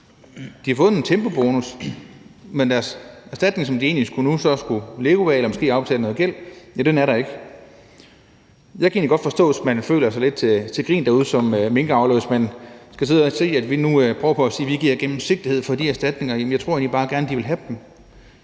De har fået en tempobonus, men deres erstatning, som de nu egentlig skulle leve af eller måske bruge til at afbetale gæld med, er der ikke. Jeg kan egentlig godt forstå, hvis man føler sig lidt til grin derude som minkavler, når man skal sidde og se, at vi nu prøver på at sige, at vi giver gennemsigtighed for de erstatninger. Jamen jeg tror egentlig bare, at de gerne vil have dem.